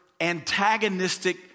antagonistic